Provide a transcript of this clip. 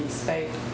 state